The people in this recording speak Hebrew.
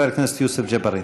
חבר הכנסת יוסף ג'בארין.